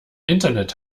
internet